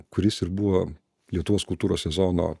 kuris ir buvo lietuvos kultūros sezono